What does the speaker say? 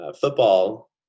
football